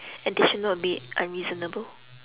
and they should not be unreasonable